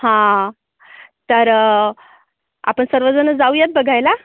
हा तर आपण सर्वजण जाऊयात बघायला